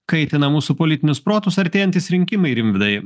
kaitina mūsų politinius protus artėjantys rinkimai rimvydai